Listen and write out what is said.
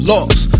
Lost